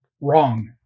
wrong